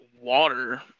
water